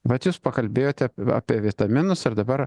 vat jūs pakalbėjote apie vitaminus ir dabar